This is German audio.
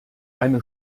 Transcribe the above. eine